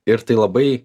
ir tai labai